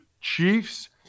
Chiefs